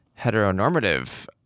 heteronormative